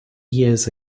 years